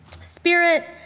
Spirit